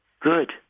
good